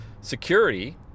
security